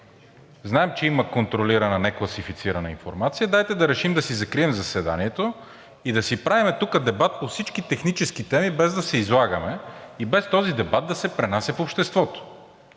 знаем, че има контролирана некласифицирана информация, дайте да решим да си закрием заседанието и да си правим тука дебат по всички технически теми, без да се излагаме и без този дебат да се пренася в обществото,